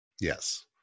Yes